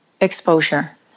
exposure